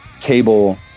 cable